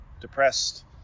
depressed